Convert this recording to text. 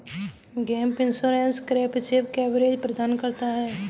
gap insurance comprehensive coverage प्रदान करता है